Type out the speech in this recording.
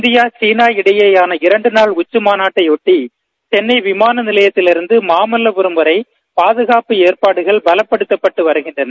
India China இடையோன இரண்டுநாள் உச்சிமாநாட்டை ஒட்டி சென்னை விமானநிலையத்திலிருந்து மாமல்வரம் வரை பாதகாப்பு ஏற்பாடுகள் பலப்படுத்தப்பட்டு வருகின்றன